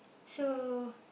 so